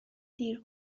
دیر